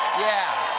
yeah!